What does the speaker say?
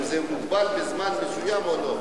זה מוגבל בזמן או לא?